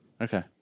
Okay